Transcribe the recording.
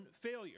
failure